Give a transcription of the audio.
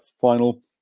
final